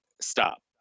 Stop